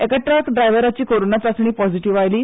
एका ट्रक ड्रायव्हराची कोरोना चांचणी पॉझिटिव्ह आयली